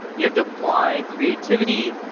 you have to apply creativity,